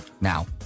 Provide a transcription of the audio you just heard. Now